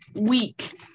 week